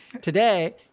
Today